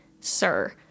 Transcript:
Sir